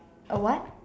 a what